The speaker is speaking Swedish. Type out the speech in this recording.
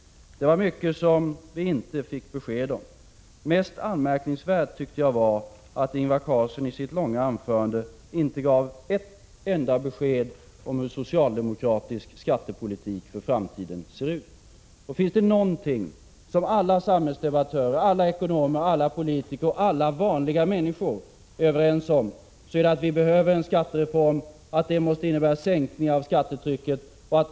Det var mycket vi inte fick besked om. Mest anmärkningsvärt tyckte jag var att Ingvar Carlsson i sitt långa anförande inte gav ett enda besked om hur socialdemokratisk skattepolitik skall se ut i framtiden. Finns det någonting som alla samhällsdebattörer, alla ekonomer, alla politiker och alla vanliga människor är överens om så är det att vi behöver en skattereform och att den måste innebära en sänkning av skattetrycket.